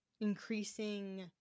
increasing